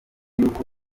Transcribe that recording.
y’uko